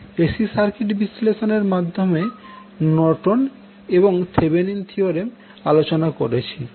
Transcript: AC circuit বিশ্লেষণ এর মাধ্মে নর্টন এবং থেভেনিন থিওরেম নিয়ে আলোচনা করেছি